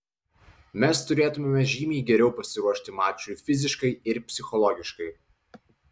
mes turėtumėme žymiai geriau pasiruošti mačui fiziškai ir psichologiškai